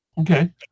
Okay